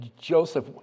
Joseph